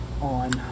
on